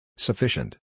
Sufficient